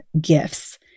gifts